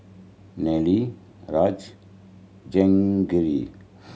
Neila Raj Jehangirr